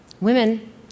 Women